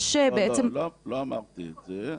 לא, לא אמרתי את זה.